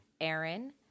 Aaron